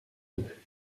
deux